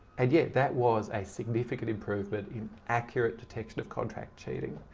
and yet that was a significant improvement in accurate detection of contract cheating.